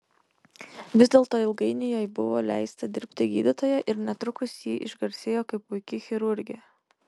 vis dėlto ilgainiui jai buvo leista dirbti gydytoja ir netrukus ji išgarsėjo kaip puiki chirurgė